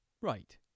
right